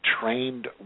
trained